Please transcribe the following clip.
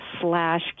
slash